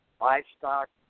livestock